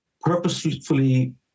purposefully